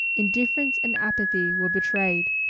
indifference and apathy were betrayed.